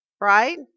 right